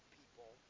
people